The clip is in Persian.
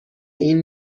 این